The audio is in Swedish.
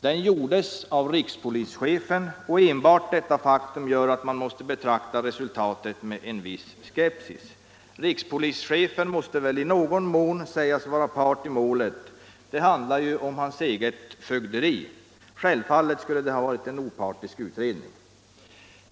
Den gjordes av rikspolischefen, och enbart detta faktum gör att man måste betrakta resultatet med en viss skepsis. Rikspolischefen måste väl i någon mån sägas vara part i målet, det handlar ju om hans eget fögderi. Självfallet skulle det ha varit en opartisk utredning.